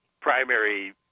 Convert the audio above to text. primary